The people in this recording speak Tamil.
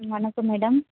வணக்கம் மேடம்